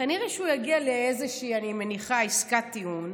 כנראה שהוא יגיע לאיזושהי עסקת טיעון,